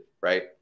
right